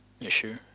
issue